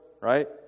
right